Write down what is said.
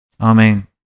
Amen